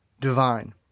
divine